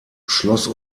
schloss